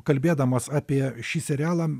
kalbėdamas apie šį serialą